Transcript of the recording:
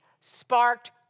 sparked